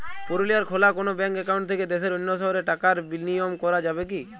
পুরুলিয়ায় খোলা কোনো ব্যাঙ্ক অ্যাকাউন্ট থেকে দেশের অন্য শহরে টাকার বিনিময় করা যাবে কি?